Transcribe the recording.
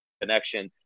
connection